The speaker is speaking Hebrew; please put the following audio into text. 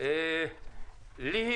ליהי